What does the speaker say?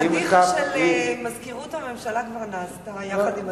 הפאדיחה של מזכירות הממשלה כבר נעשתה, יחד עם השר.